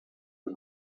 the